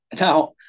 Now